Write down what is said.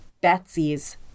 Betsy's